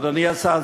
אדוני השר,